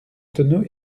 tonneaux